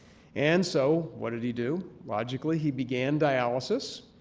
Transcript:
and so what did he do? logically, he began dialysis.